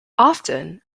often